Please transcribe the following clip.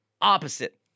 opposite